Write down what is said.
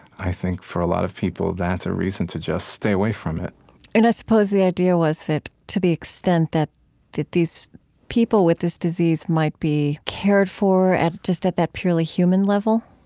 i think for a lot of people that's a reason to just stay away from it and i suppose the idea was that, to the extent that that these people with this disease might be cared for just at that purely human level,